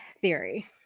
theory